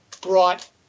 brought